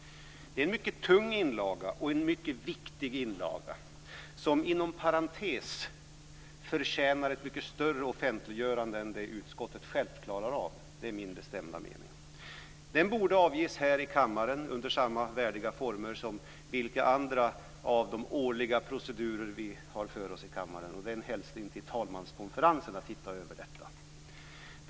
Det är en mycket tung och mycket viktig inlaga, som enligt min bestämda mening, inom parentes sagt, förtjänar ett mycket större offentliggörande än det som utskottet självt klarar av. Den borde läggas fram här i kammaren under samma värdiga former som förekommer vid andra årliga procedurer vi genomgår i kammaren. Jag skickar med en hälsning till riksdagsstyrelsen att se över detta.